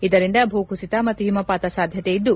ಇದರಿಂದ ಭೂಕುಸಿತ ಮತ್ತು ಹಿಮಪಾತ ಸಾಧ್ಯತೆ ಇದ್ದು